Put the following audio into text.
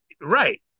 right